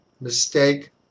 mistake